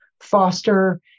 foster